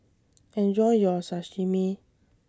Enjoy your Sashimi